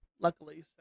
luckily